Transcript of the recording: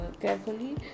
carefully